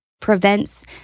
Prevents